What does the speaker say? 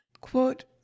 Quote